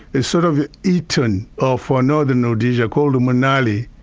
a sort of eton ah for northern rhodesia, called manali,